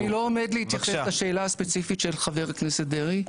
אני לא עומד להתייחס לשאלה הספציפית של חבר הכנסת דרעי,